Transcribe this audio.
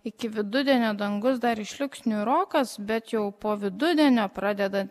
iki vidudienio dangus dar išliks niūrokas bet jau po vidudienio pradedan